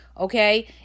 Okay